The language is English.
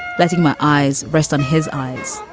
letting my eyes rest on his eyes.